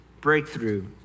breakthrough